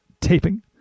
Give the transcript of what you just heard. taping